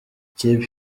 ikipe